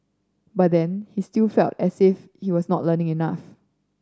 but then he still felt as if he was not learning enough